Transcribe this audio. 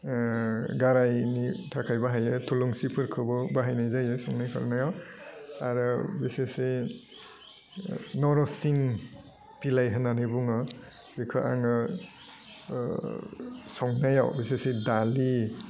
ओह गाराइनि थाखाय बाहाइयो थुलुंसिफोरखौबो बाहायनाय जायो संनाय खावनायाव आरो बिसेसयै ओह नर'सिं बिलाइ होननानै बुङो बेखौ आङो ओह संनायाव बिसेसयै दालि